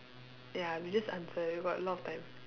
ya we just answer we got a lot of time